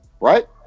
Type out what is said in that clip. right